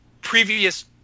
previous